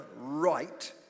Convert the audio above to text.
right